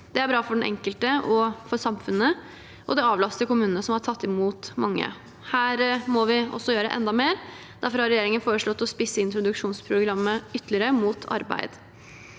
Det er bra for den enkelte og for samfunnet, og det avlaster kommunene som har tatt imot mange. Her må vi også gjøre enda mer. Derfor har regjeringen foreslått å spisse introduksjonsprogrammet ytterligere mot arbeid.